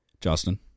Justin